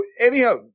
anyhow